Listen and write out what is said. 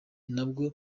nabwo